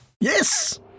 Yes